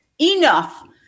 enough